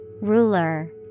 Ruler